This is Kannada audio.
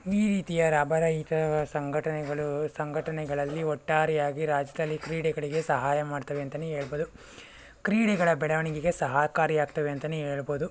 ಈ ರೀತಿಯ ಲಾಭರಹಿತ ಸಂಘಟನೆಗಳು ಸಂಘಟನೆಗಳಲ್ಲಿ ಒಟ್ಟಾರೆಯಾಗಿ ರಾಜ್ಯದಲ್ಲಿ ಕ್ರೀಡೆಗಳಿಗೆ ಸಹಾಯ ಮಾಡ್ತವೆ ಅಂತಲೇ ಹೇಳ್ಬೋದು ಕ್ರೀಡೆಗಳ ಬೆಳವಣಿಗೆಗೆ ಸಹಕಾರಿ ಆಗ್ತವೆ ಅಂತಲೇ ಹೇಳ್ಬೋದು